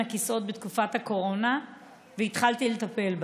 הכיסאות בתקופת הקורונה והתחלתי לטפל בה.